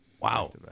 Wow